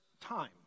time